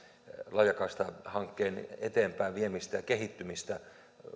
laajakaistahankkeen eteenpäinviemistä ja kehittymistä